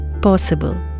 possible